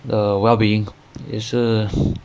the wellbeing is 也是